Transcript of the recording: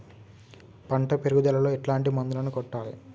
పంట పెరుగుదలలో ఎట్లాంటి మందులను కొట్టాలి?